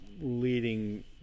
leading